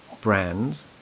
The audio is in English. brands